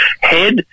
head